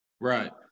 Right